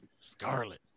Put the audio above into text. Scarlet